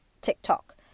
TikTok